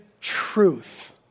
truth